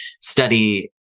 study